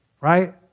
right